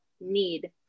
need